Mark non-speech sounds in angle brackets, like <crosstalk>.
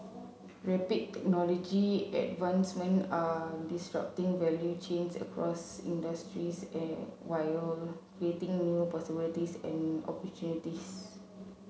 rapid technology advancement are disrupting value chains across industries <hesitation> while creating new possibilities and opportunities